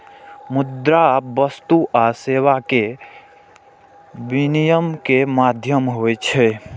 मुद्रा वस्तु आ सेवा के विनिमय के माध्यम होइ छै